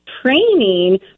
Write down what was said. training